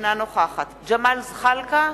אינה נוכחת ג'מאל זחאלקה,